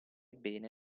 bene